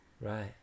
right